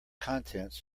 contents